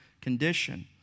condition